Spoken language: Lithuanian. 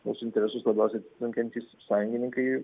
mūsų interesus labiausiai atitinkantys sąjungininkai